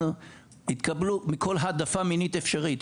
התקבלו מכל העדפה מינית אפשרית,